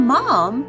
Mom